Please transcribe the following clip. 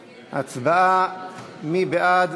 הצבעה, מי בעד?